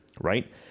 right